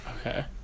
Okay